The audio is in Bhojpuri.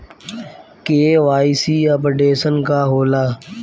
के.वाइ.सी अपडेशन का होला?